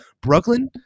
Brooklyn